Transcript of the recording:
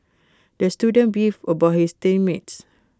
the student beefed about his team mates